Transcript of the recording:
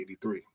1983